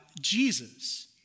Jesus